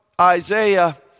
Isaiah